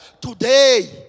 today